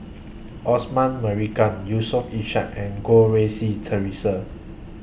Osman Merican Yusof Ishak and Goh Rui Si Theresa